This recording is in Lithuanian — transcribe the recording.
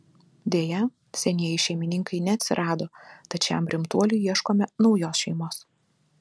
deja senieji šeimininkai neatsirado tad šiam rimtuoliui ieškome naujos šeimos